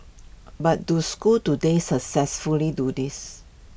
but do schools today successfully do this